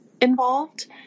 involved